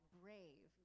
brave